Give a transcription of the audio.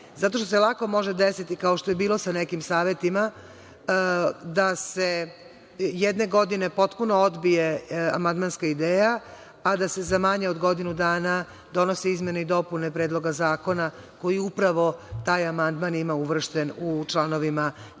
zato što se lako može desiti, kao što je bilo sa nekim savetima, da se jedne godine potpuno odbije amandmanska ideja, a da se za manje od godinu dana donose izmene i dopune predloga zakona koji upravo taj amandman ima uvršten u članovima koji